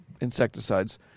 insecticides